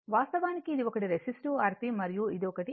వాస్తవానికి ఇది ఒకటి రెసిస్టివ్ Rp మరియు ఇది ఒకటి XP